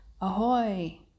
Ahoy